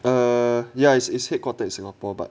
err ya it's is headquartered in singapore but